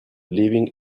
living